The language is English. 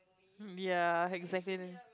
mm ya exactly